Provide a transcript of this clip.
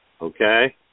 okay